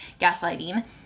gaslighting